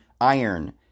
iron